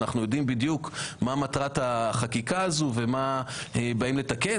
אנחנו יודעים בדיוק מה מטרת החקיקה הזו ומה באים לתקן,